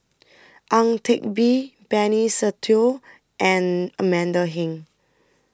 Ang Teck Bee Benny Se Teo and Amanda Heng